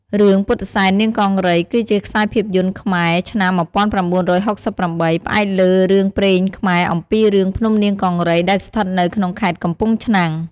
រឿង ពុទ្ធិសែននាងកង្រី គឺជាខ្សែភាពយន្តខ្មែរឆ្នាំ១៩៦៨ ផ្អែកលើរឿងព្រេងខ្មែរអំពីរឿងភ្នំនាងកង្រី ដែលស្ថិតនៅក្នុងខេត្តកំពង់ឆ្នាំង។